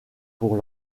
pour